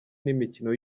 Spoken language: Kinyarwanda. n’imikino